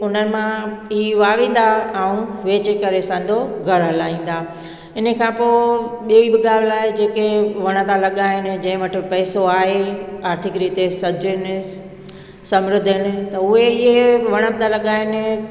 उन मां ई वारींदा ऐं वेझे करे सांदो घरु हलाईंदा इन खां पोइ ॿिए बि ॻाल्हि आहे जेके वण था लॻाइनि जंहिं वटि पैसो आहे आर्थिक रीति सॼणु समृद्ध आहिनि त उहे इहे वण था लॻाइनि